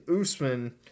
Usman